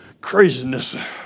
craziness